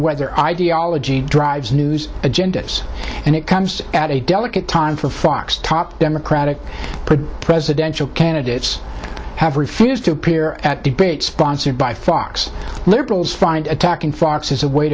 whether ideology drives news agendas and it comes at a delicate time for fox top democratic presidential candidates have refused to appear at debate sponsored by far liberals find attacking fox as a way